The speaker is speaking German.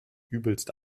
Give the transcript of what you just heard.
übelst